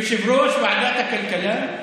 יושב-ראש ועדת הכלכלה,